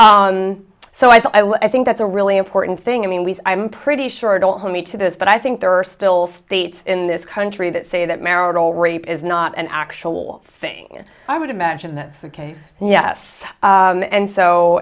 was i think that's a really important thing i mean we i'm pretty sure don't hold me to this but i think there are still states in this country that say that marital rape is not an actual thing i would imagine that's the case yes and so